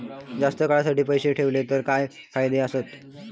जास्त काळासाठी पैसे ठेवले तर काय फायदे आसत?